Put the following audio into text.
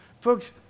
Folks